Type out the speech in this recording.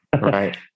right